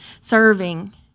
serving